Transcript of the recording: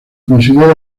considera